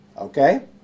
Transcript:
okay